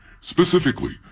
Specifically